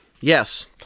Yes